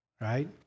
right